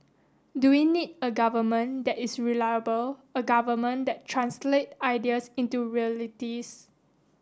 do we need a government that is reliable a government that translate ideas into realities